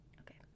Okay